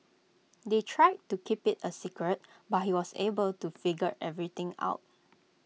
they tried to keep IT A secret but he was able to figure everything out